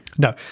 No